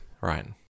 Right